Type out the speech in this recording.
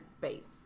base